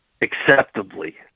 acceptably